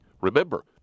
Remember